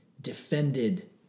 defended